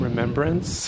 Remembrance